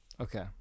Okay